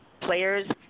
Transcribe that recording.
Players